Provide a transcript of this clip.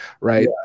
right